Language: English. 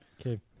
Okay